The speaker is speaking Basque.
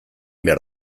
behar